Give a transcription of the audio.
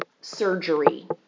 surgery